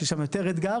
ושם זה יש יותר אתגר,